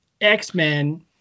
X-Men